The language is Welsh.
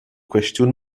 cwestiwn